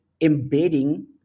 embedding